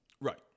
Right